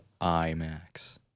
IMAX